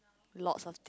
lots of